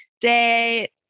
day